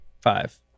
Five